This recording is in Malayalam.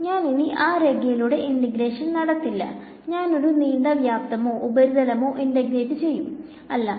ഞാൻ ഇനി ആ രേഖയിലൂടെ ഇന്റഗ്രേഷൻ നടത്തില്ല ഞാൻ ഒരു നീണ്ട വ്യാപ്തമോ ഉപരിതലമോ ഇന്റഗ്രേറ്റ് ചെയ്യും അല്ലേ